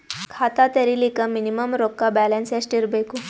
ಖಾತಾ ತೇರಿಲಿಕ ಮಿನಿಮಮ ರೊಕ್ಕ ಬ್ಯಾಲೆನ್ಸ್ ಎಷ್ಟ ಇರಬೇಕು?